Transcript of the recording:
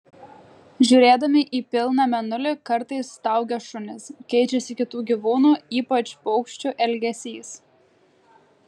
žiūrėdami į pilną mėnulį kartais staugia šunys keičiasi kitų gyvūnų ypač paukščių elgesys